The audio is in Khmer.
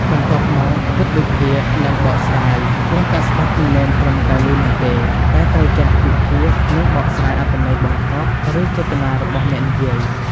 បន្ទាប់មកគិតវិភាគ និងបកស្រាយ ព្រោះការស្ដាប់មិនមែនត្រឹមតែឮនោះទេ តែត្រូវចេះវិភាគ និងបកស្រាយអត្ថន័យបង្កប់ ឬចេតនារបស់អ្នកនិយាយ។